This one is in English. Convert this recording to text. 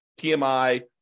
PMI